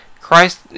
Christ